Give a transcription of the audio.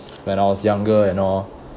when I was younger and all